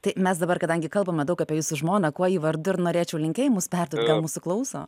tai mes dabar kadangi kalbama daug apie jūsų žmoną kuo ji vardu ir norėčiau linkėjimus perduot gal mūsų klauso